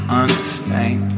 understand